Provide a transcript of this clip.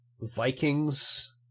Vikings